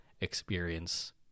experience